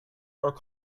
are